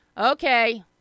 Okay